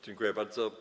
Dziękuję bardzo.